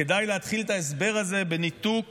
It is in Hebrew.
וכדאי להתחיל את ההסבר הזה בניתוק